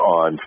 on